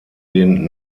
den